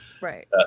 Right